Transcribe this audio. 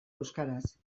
euskaraz